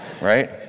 Right